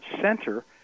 center